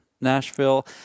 Nashville